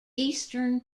eastern